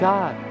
God